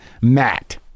Matt